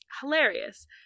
Hilarious